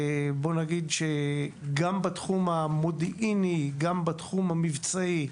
בואו נגיד שגם בתחום המודיעיני, גם בתחום המבצעי,